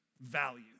value